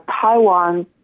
Taiwan